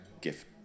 gift